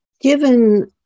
Given